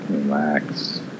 relax